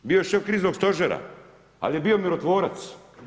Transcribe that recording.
Bio je šef kriznog stožera ali je bio mirotvorac.